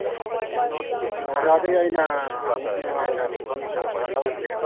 ꯎꯝ ꯀꯩꯅꯣ ꯑꯣꯖꯥꯗꯒꯤ ꯑꯩꯅ ꯊꯥꯃꯨꯛꯀꯤ ꯃꯃꯥꯡꯗ ꯄꯨꯈꯝ ꯇꯦꯡꯒꯣꯠ ꯈꯔ ꯂꯧꯕꯅꯦꯕ